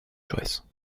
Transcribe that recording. choice